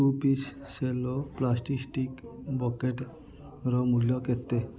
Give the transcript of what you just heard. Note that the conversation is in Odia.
two piece Cello plastic stick ବକେଟ୍ର ମୂଲ୍ୟ କେତେ